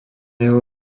jeho